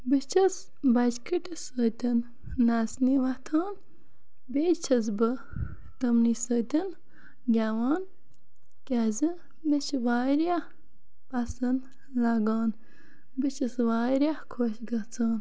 بہٕ چھَس بَچہِ کٔٹِس سۭتۍ نَژنہِ وۄتھان بیٚیہِ چھَس بہٕ تمنے سۭتۍ گیٚوان کیازِ مےٚ چھ واریاہ پَسَنٛد لَگان بہٕ چھَس واریاہ خۄش گَژھان